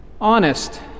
Honest